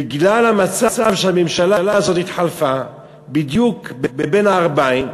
בגלל המצב שהממשלה הזאת התחלפה בדיוק בבין-הערביים,